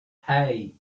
hey